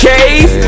Cave